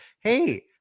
hey